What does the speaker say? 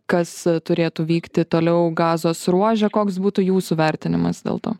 kas turėtų vykti toliau gazos ruože koks būtų jūsų vertinimas dėl to